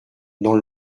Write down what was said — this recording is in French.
dans